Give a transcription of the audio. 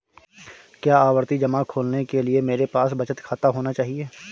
क्या आवर्ती जमा खोलने के लिए मेरे पास बचत खाता होना चाहिए?